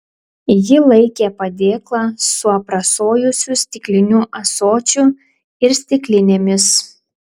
ji laikė padėklą su aprasojusiu stikliniu ąsočiu ir stiklinėmis